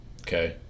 Okay